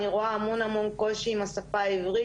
אני רואה המון המון קושי עם השפה העברית,